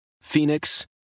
Phoenix